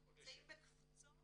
הם נמצאים בקבוצות.